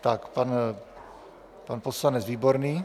Tak pan poslanec Výborný.